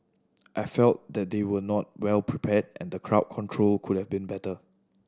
I felt that they were not well prepared and crowd control could have been better